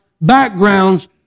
backgrounds